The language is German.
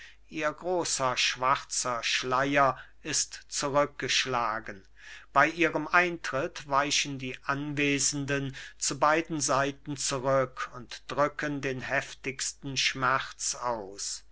ihr großer schwarzer schleier ist zurückgeschlagen bei ihrem eintritt weichen die anwesenden zu bei den seiten zurück und drücken den heftigsten schmerz aus